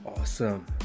Awesome